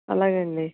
అలాగే అండి